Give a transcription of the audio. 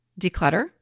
declutter